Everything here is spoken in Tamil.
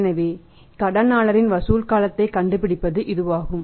எனவே கடனாளிகளின் வசூல் காலத்தைக் கண்டுபிடிப்பது இதுவாகும்